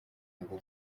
ngo